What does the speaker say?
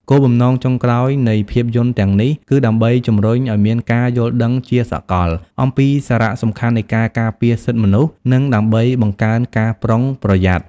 គោលបំណងចុងក្រោយនៃភាពយន្តទាំងនេះ គឺដើម្បីជំរុញឲ្យមានការយល់ដឹងជាសាកលអំពីសារៈសំខាន់នៃការការពារសិទ្ធិមនុស្ស និងដើម្បីបង្កើនការប្រុងប្រយ័ត្ន។